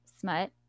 smut